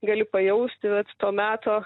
gali pajausti vat to meto